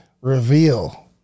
reveal